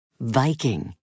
Viking